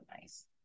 nice